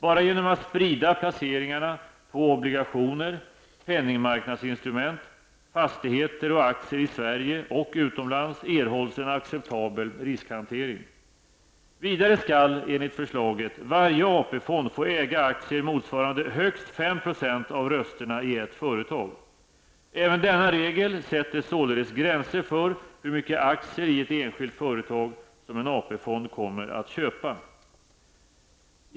Bara genom att sprida placeringarna på obligationer, penningmarknadsinstrument, fastigheter och aktier i Sverige och utomlands erhålls en acceptabel riskhantering. Vidare skall, enligt förslaget, varje AP-fond få äga aktier motsvarande högst 5 % av rösterna i ett företag. Även denna regel sätter således gränser för hur mycket aktier i ett enskilt företag som en AP fond kommer att köpa.